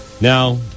Now